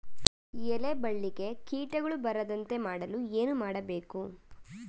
ಎಲೆ ಬಳ್ಳಿಗೆ ಕೀಟಗಳು ಬರದಂತೆ ಮಾಡಲು ಏನು ಮಾಡಬೇಕು?